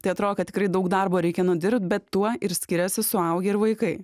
tai atrodo kad tikrai daug darbo reikia nudirbt bet tuo ir skiriasi suaugę ir vaikai